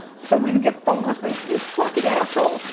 so we would get phone calls with, you fucking asshole.